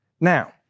Now